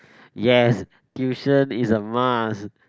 yes tuition is a must